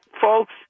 folks